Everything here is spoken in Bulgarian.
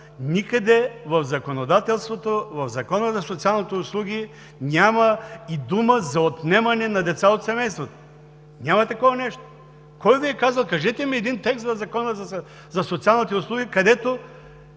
никъде в законодателството – и в Закона за социалните услуги, няма и дума за отнемане на деца от семейството. Няма такова нещо! Кой Ви е казал? Кажете ми един текст в Закона за социалните услуги, където